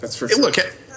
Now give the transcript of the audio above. look